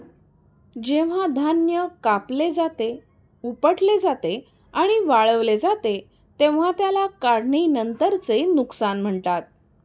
जेव्हा धान्य कापले जाते, उपटले जाते आणि वाळवले जाते तेव्हा त्याला काढणीनंतरचे नुकसान म्हणतात